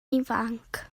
ifanc